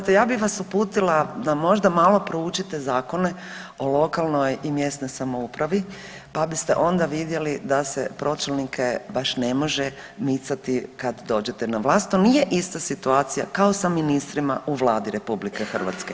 Znate ja bih vas uputila da možda malo proučite zakone o lokalnoj i mjesnoj samoupravi pa biste onda vidjeli da se onda pročelnike baš ne može micati kad dođete na vlast, to nije ista situacija kao sa ministrima u Vladi RH.